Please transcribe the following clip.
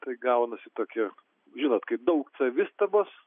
tai gaunasi tokie žinot kai daug savistabos